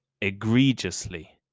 Egregiously